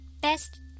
best